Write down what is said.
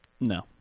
No